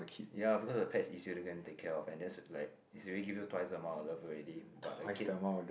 ya because the pet is easier to gain and take care of and that's like he's already give you twice amount of love already but a kid